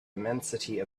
immensity